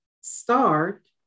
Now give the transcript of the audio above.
start